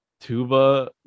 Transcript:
tuba